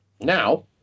now